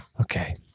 Okay